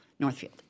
Northfield